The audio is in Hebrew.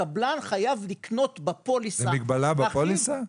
הקבלן חייב לקנות בפוליסה --- עם מגבלה בפוליסה?